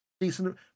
decent